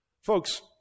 Folks